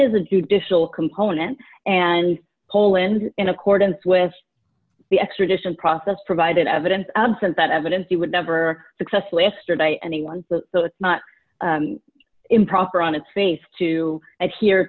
is a judicial component and poland in accordance with the extradition process provided evidence absent that evidence he would never successfully yesterday anyone so it's not improper on its face to adhere